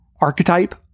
archetype